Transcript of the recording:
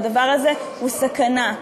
והדבר הזה הוא סכנה.